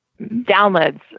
downloads